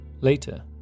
Later